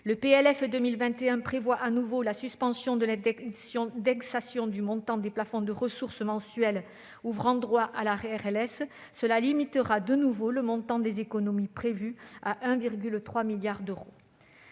Le PLF pour 2021 prévoit de nouveau la suspension de l'indexation du montant des plafonds de ressources mensuelles ouvrant droit à la RLS, ce qui limitera le montant des économies prévues à 1,3 milliard d'euros.